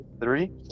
three